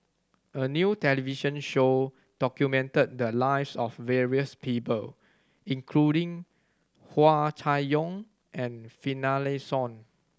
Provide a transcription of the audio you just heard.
a new television show documented the lives of various people including Hua Chai Yong and Finlayson